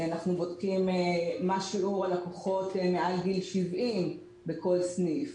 אנחנו בודקים מה שיעור הלקוחות מעל גיל 70 בכל סניף